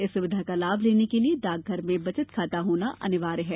इस सुविधा का लाभ लेने के लिये डाकघर में बचत खाता होना अनिवार्य है